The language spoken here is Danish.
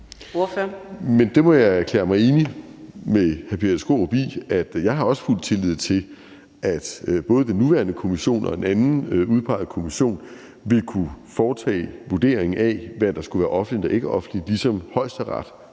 Det må jeg erklære mig enig med hr. Peter Skaarup i. Jeg har også fuld tillid til, at både den nuværende kommission og en anden udpeget kommission vil kunne foretage en vurdering af, hvad der skulle være offentligt og ikkeoffentligt, ligesom Højesteret